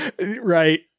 Right